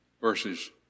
verses